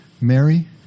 Mary